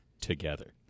together